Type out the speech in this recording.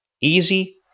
easy